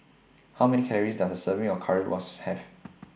How Many Calories Does A Serving of Currywurst Have